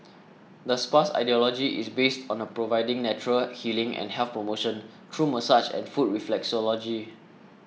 the spa's ideology is based on a providing natural healing and health promotion through massage and foot reflexology